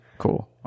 cool